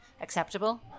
acceptable